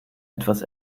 etwas